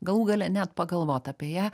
galų gale net pagalvot apie ją